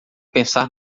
pensar